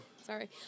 sorry